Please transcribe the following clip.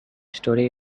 story